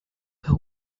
per